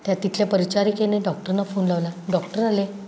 त्या तिथल्या परिचारिकेने डॉक्टरना फोन लावला डॉक्टर आले